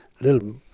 little